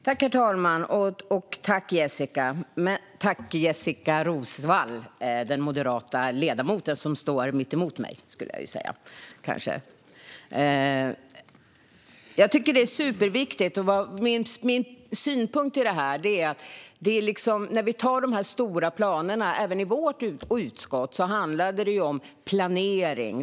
Herr talman! Tack, Jessika! Eller tack till Jessika Roswall, den moderata ledamoten som står mitt emot mig, ska jag kanske säga. Min synpunkt på detta är att när vi antar dessa stora planer även i vårt utskott handlar det om planering.